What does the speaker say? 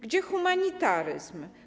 Gdzie humanitaryzm?